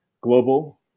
global